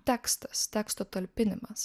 tekstas teksto talpinimas